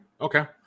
Okay